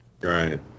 Right